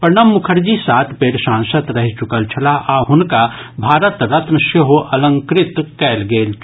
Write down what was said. प्रणब मुखर्जी सात बेर सांसद रहि चुकल छलाह आ हुनका भारत रत्न सँ सेहो अलंकृत कयल गेल छल